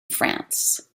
france